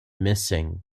missing